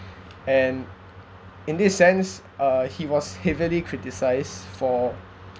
and in this sense uh he was heavily criticised for